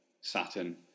Saturn